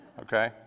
Okay